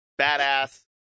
badass